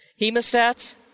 Hemostats